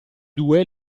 due